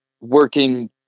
working